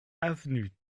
avenue